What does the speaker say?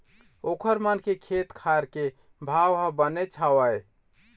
ओखर मन के खेत खार के भाव ह बनेच हवय